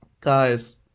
Guys